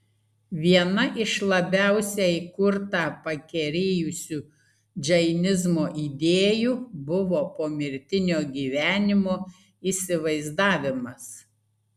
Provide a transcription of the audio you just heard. viena iš labiausiai kurtą pakerėjusių džainizmo idėjų buvo pomirtinio gyvenimo įsivaizdavimas